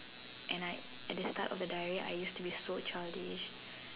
and I at the start of the diary I used to be so childish